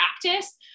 practice